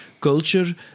culture